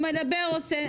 הוא מדבר עושה,